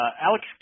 Alex